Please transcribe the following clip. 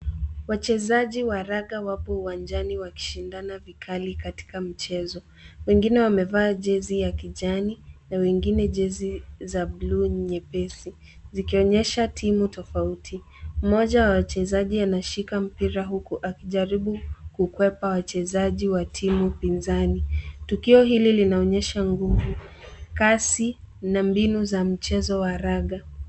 Wachezaji wa raga wapo uwanjani wakishindana vikali katika mchezo. Wengine wamevaa jezi ya kijani na wengine jezi za buluu nyepesi zikionyesha timu tofauti. Mmoja wa wachezaji anashika mpira huku akijaribu kukwepa wachezaji wa timu pinzani. Tukio hili linaonyesha nguvu, kasi na mbinu za mchezo wa raga.